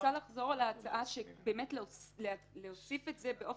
אני רוצה לחזור על ההצעה להוסיף את זה באופן